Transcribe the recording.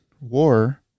war